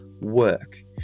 work